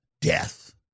death